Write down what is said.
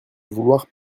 vouloir